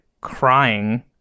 crying